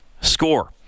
score